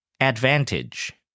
advantage